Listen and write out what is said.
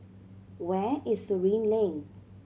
where is Surin Lane